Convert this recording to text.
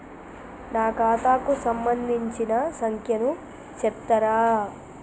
నా ఖాతా కు సంబంధించిన సంఖ్య ను చెప్తరా?